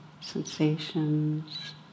sensations